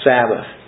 Sabbath